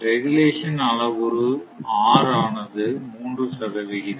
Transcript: regulation அளவுவுரு R ஆனது 3 சதவிகிதம்